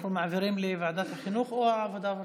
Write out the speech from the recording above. אנחנו מעבירים לוועדת החינוך או לוועדת העבודה והרווחה?